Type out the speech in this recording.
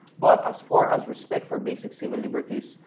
but as far as respect for basic civil liberties,